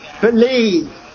Believe